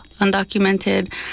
undocumented